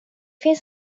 finns